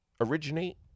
originate